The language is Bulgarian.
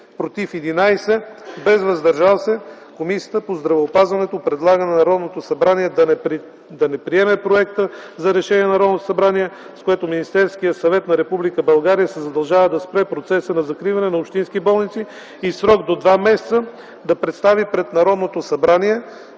„против” – 11, без „въздържал се”, Комисията по здравеопазването предлага на Народното събрание да не приеме Проекта за решение на Народното събрание, с което Министерският съвет на Република България се задължава да спре процеса на закриване на общински болници и в срок до два месеца да представи пред Народното събрание